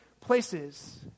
places